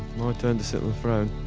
my turn to sit on the throne.